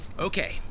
Okay